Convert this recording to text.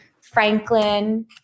Franklin